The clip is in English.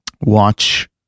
watch